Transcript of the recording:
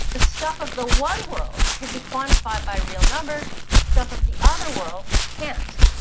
the stuff of the one world can be quantified by real numbers. the stuff of the other world can't.